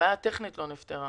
הבעיה הטכנית לא נפתרה,